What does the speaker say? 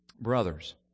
Brothers